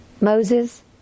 Moses